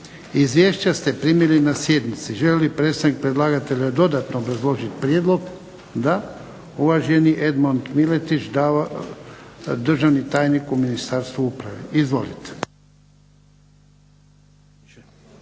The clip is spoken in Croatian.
Izvješća ste primili na sjednici. Želi li predstavnik predlagatelja dodatno obrazložiti prijedlog? Da. Uvaženi Edmond Miletić, državni tajnik u Ministarstvu uprave, izvolite.